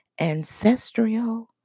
ancestral